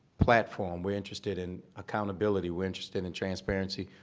platform, we're interested in accountability, we're interested in transparency,